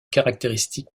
caractéristique